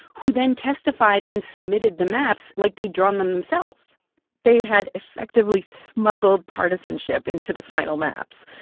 who then testified and submitted the maps like they'd drawn them themselves they had effectively smuggled partisanship into the final maps,